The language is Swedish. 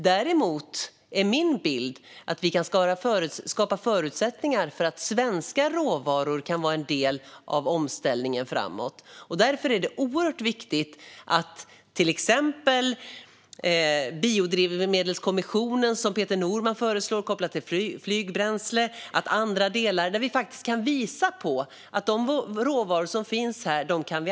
Min bild är däremot att vi kan skapa förutsättningar för att svenska råvaror kan vara en del av omställningen framåt. Därför är det viktigt med till exempel det som Peter Norman kommit fram till när det gäller biodrivmedel kopplat till flygbränsle och andra delar där vi kan visa att vi kan använda oss av de råvaror som finns.